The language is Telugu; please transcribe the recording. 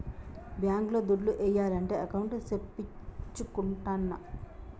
బ్యాంక్ లో దుడ్లు ఏయాలంటే అకౌంట్ సేపిచ్చుకుంటాన్న